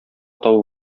табу